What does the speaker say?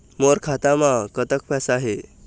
मोर खाता म कतक पैसा हे?